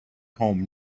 home